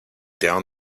down